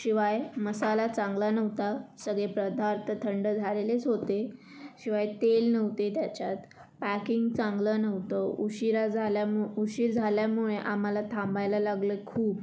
शिवाय मसाला चांगला नव्हता सगळे पदार्थ थंड झालेलेच होते शिवाय तेल नव्हते त्याच्यात पॅकिंग चांगलं नव्हतं उशिरा झाल्यामु उशीर झाल्यामुळे आम्हाला थांबायला लागलं खूप